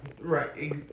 right